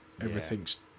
everything's